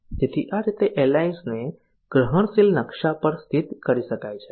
તેથી આ રીતે એરલાઇન્સને ગ્રહણશીલ નકશા પર સ્થિત કરી શકાય છે